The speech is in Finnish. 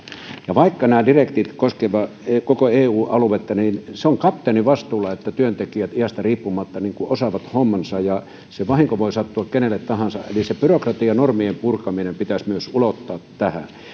vaikka nämä direktiivit koskevat koko eu aluetta se on kapteenin vastuulla että työntekijät iästä riippumatta osaavat hommansa vahinko voi sattua kenelle tahansa eli se byrokratianormien purkaminen pitäisi myös ulottaa tähän